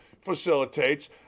facilitates